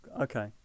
Okay